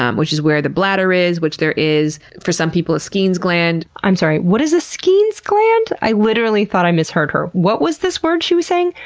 um which is where the bladder is, which there is for some people a skene's gland. i'm sorry, what is a skene's gland? i literally thought i misheard her. what was this word she was saying?